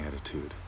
attitude